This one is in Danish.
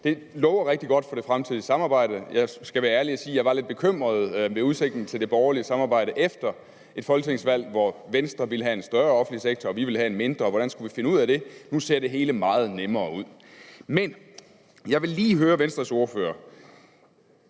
Det lover rigtig godt for det fremtidige samarbejde. Jeg skal være ærlig og sige, at jeg var lidt bekymret ved udsigten til det borgerlige samarbejde efter et folketingsvalg, hvor Venstre ville have en større offentlig sektor og vi ville have en mindre. Hvordan skulle vi finde ud af det? Nu ser det hele meget nemmere ud. Men jeg vil lige høre Venstres ordfører